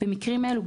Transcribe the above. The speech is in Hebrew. במקרים אלו,